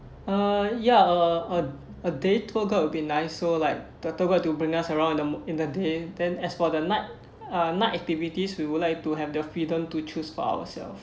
uh ya uh a a day tour guide would be nice so like the tour guide to bring us around in the in the day then as for the night uh night activities we would like to have the freedom to choose for ourselves